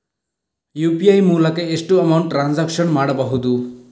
UPI ಮೂಲಕ ಎಷ್ಟು amount transaction ಮಾಡಬಹುದು?